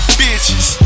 bitches